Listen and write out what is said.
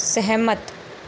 सहमत